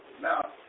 Now